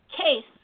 case